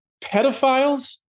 pedophiles